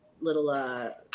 little